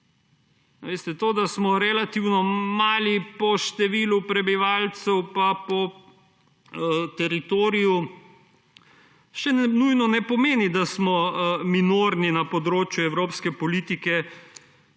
to, da smo relativno mali po številu prebivalcev pa po teritoriju, še ne pomeni nujno, da smo minorni na področju evropske politike,